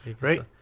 Right